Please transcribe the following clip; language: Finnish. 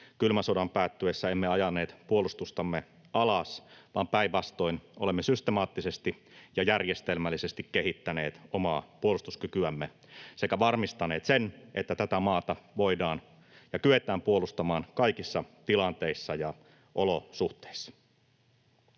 Kylmän sodan päättyessä emme ajaneet puolustustamme alas, vaan päinvastoin olemme systemaattisesti ja järjestelmällisesti kehittäneet omaa puolustuskykyämme sekä varmistaneet sen, että tätä maata voidaan ja kyetään puolustamaan kaikissa tilanteissa ja olosuhteissa.